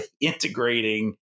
integrating